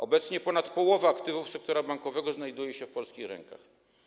Obecnie ponad połowa aktywów sektora bankowego znajduje się w polskich rękach.